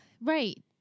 Right